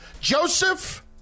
Joseph